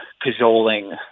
cajoling